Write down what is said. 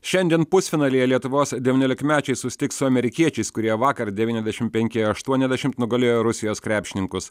šiandien pusfinalyje lietuvos devyniolikmečiai susitiks su amerikiečiais kurie vakar devyniasdešim penki aštuoniasdešimt nugalėjo rusijos krepšininkus